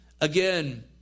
again